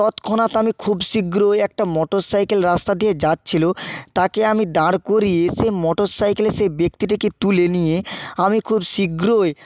তৎক্ষণাৎ আমি খুব শীঘ্রই একটা মোটর সাইকেল রাস্তা দিয়ে যাচ্ছিলো তাকে আমি দাঁড় করিয়ে সে মোটর সাইকেলে সে ব্যক্তিটাকে তুলে নিয়ে আমি খুব শীঘ্রই